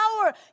power